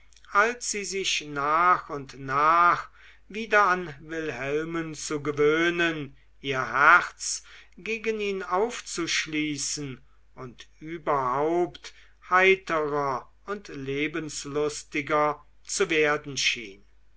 als sie sich nach und nach wieder an wilhelmen zu gewöhnen ihr herz gegen ihn aufzuschließen und überhaupt heiterer und lebenslustiger zu werden schien